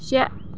شےٚ